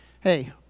hey